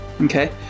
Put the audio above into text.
okay